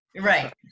Right